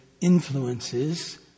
influences